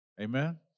Amen